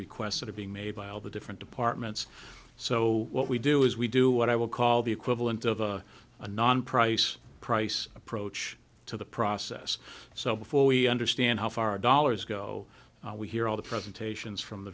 that are being made by all the different departments so what we do is we do what i would call the equivalent of a non price price approach to the process so before we understand how far dollars go we hear all the presentations from the